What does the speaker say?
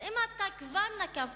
אז אם אתה כבר נקבת